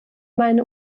meine